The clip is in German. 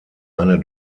eine